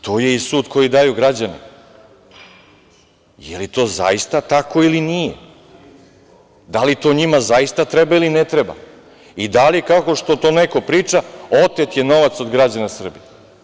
Tu je i sud koji daju građani da li je to zaista tako ili nije, da li to njima zaista treba ili ne treba i da li je, kao što to neko priča, otet novac od građana Srbije.